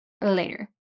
later